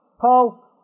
Paul